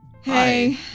Hey